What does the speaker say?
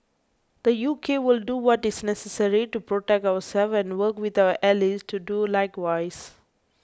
the U K will do what is necessary to protect ourselves and work with our allies to do likewise